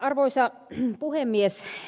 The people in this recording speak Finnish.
arvoisa puhemies